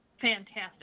fantastic